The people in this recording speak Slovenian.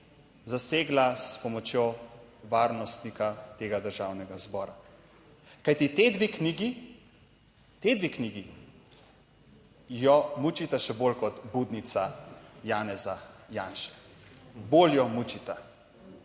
zasegla s pomočjo varnostnika tega Državnega zbora. Kajti, ti dve knjigi, ti dve knjigi, jo mučita še bolj kot budnica Janeza Janše. Bolj jo mučita,